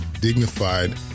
dignified